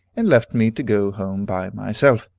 and left me to go home by myself.